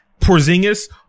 Porzingis